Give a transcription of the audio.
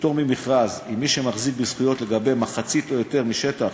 בפטור ממכרז עם מי שמחזיק בזכויות לגבי מחצית או יותר משטח